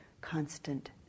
constant